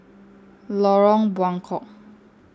Lorong Buangkok